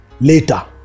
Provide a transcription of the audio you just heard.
later